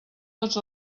tots